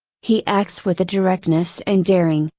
he acts with a directness and daring,